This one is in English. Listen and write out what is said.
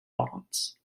bonds